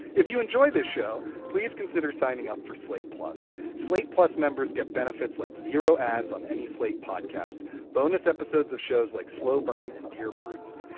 if you enjoy this show, please consider signing up for slate plus slate. plus, members get benefits like zero ads on any slate podcast bonus episodes of shows like slow burn and dear prudence.